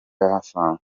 yahasanze